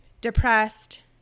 depressed